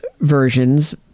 versions